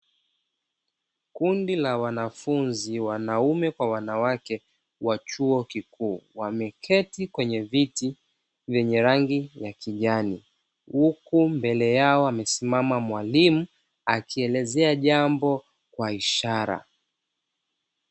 Kundi la wanafunzi wanaume kwa wanawake wa chuo kikuu, wameketi kwenye viti vyenye rangi ya kijani huku meble yao amesimama mwalimu akielezea jambo kwa ishara.